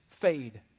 fade